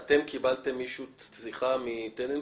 אתם קיבלתם מישהו מטננבוים?